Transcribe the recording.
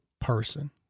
person